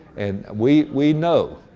and we we know,